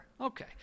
okay